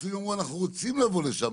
הפצועים אמרו שהם רוצים לבוא לשם,